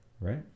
right